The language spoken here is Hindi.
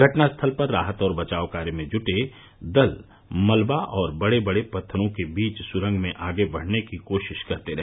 घटनास्थल पर राहत और बचाव कार्य में जुटे दल मलबा और बड़े बड़े पत्थरों के बीच सुरंग में आगे बढ़ने की कोशिश करते रहे